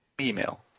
email